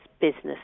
business